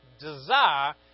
desire